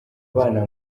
bana